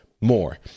more